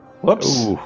Whoops